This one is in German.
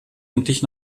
endlich